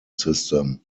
system